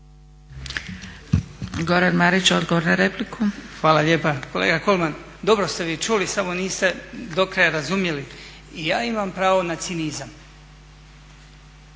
**Marić, Goran (HDZ)** Hvala lijepa. Kolega Kolman, dobro ste vi čuli samo niste do kraja razumjeli. I ja imam pravo na cinizam.